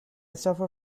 suffer